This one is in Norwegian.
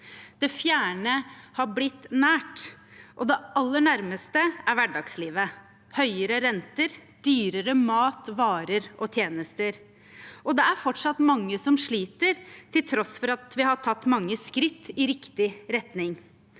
Det fjerne har blitt nært, og det aller nærmeste er hverdagslivet: høyere renter og dyrere mat, varer og tjenester. Og det er fortsatt mange som sliter til tross for at vi har tatt mange skritt i riktig retning.